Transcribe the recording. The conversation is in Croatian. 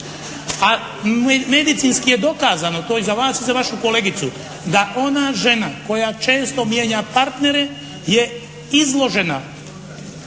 A medicinski je dokazano, to i za vas i za vašu kolegicu, da ona žena koja često mijenja partnere je izložena